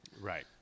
Right